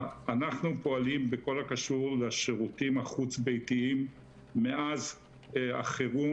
אנחנו פועלים בכל הקשור לשירותים החוץ-ביתיים מאז החרום